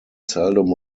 seldom